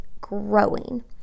growing